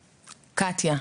קטיה,